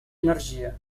energia